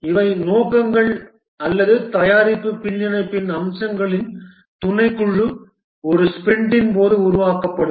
இவை நோக்கங்கள் அல்லது தயாரிப்பு பின்னிணைப்பின் அம்சங்களின் துணைக்குழு 1 ஸ்பிரிண்டின் போது உருவாக்கப்படும்